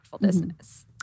business